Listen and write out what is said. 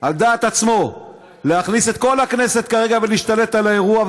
על דעת עצמו להכניס את כל הכנסת כרגע ולהשתלט על האירוע,